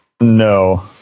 no